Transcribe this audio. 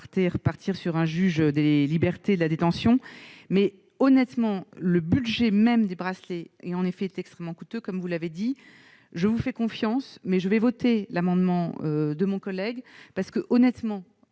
partir sur un juge des libertés et de la détention mais honnêtement le budget même du bracelet est en effet extrêmement coûteux, comme vous l'avez dit je vous fais confiance mais je vais voter l'amendement de mon collègue parce que, honnêtement,